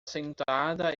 sentada